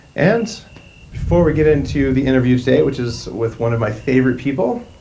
and before we get into the interview today, which is with one of my favorite people.